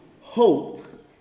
Hope